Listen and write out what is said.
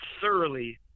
thoroughly